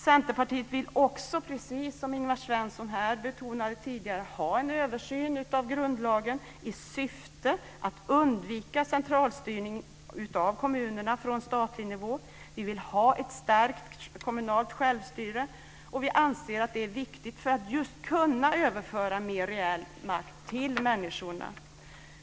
Centerpartiet vill också - precis som Ingvar Svensson betonade tidigare - ha en översyn av grundlagen i syfte att undvika centralstyrning av kommunerna från statlig nivå. Vi vill ha ett stärkt kommunalt självstyre. Vi anser att det är viktigt för att just kunna överföra mer reell makt till människorna.